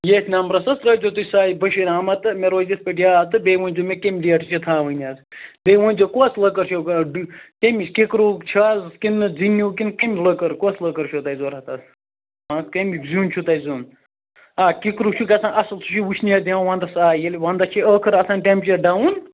ییٚتھ نمبرس حظ تٔرٲیزِیٚو تُہۍ سَے بشیر احمد تہٕ مےٚ روزِ یِتھ پٲٹھۍ یاد تہٕ بیٚیہِ ؤنزَیٚو مےٚ کیٚمہِ ڈیٹہٕ چھِ یہِ تھاوٕنۍ حظ بیٚیہِ ؤنزیٚو کۄس لٔکٕر کیٚمِچ کِکرو چَھا حظ کِنہٕ زِنِو کِنہٕ کِنٛگہٕ لٔکٕر کۄس لٔکٕر چھُو تۄہہِ ضروٗرت حظ حظ کَمیُک زیٚون چھو تۄہہِ زیٚون آ کِکرو چھُ گَژھان اصٕل سُہ چھُ وٕشنیر دِوان ونٛدس آ ییٚلہِ ونٛدٕس چھِ ٲخٕر آسان ٹیٚمپیچر ڈَوُن